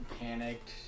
panicked